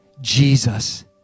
Jesus